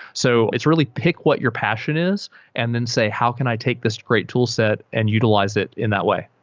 so it's really pick what your passion is and then say, how can i take this great toolset and utilize it in that way?